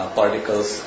particles